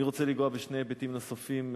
אני רוצה לגעת בשני היבטים נוספים,